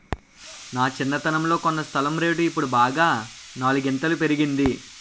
నా చిన్నతనంలో కొన్న స్థలం రేటు ఇప్పుడు బాగా నాలుగింతలు పెరిగింది